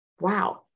wow